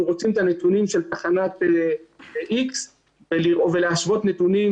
רוצים את הנתונים של תחנת X ולהשוות נתונים